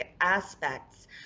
aspects